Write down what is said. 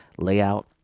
layout